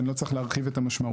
ואני לא צריך להרחיב את המשמעויות.